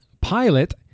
Pilot